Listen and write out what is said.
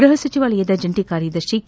ಗೃಹ ಸಚಿವಾಲಯದ ಜಂಟಿ ಕಾರ್ಯದರ್ಶಿ ಕೆ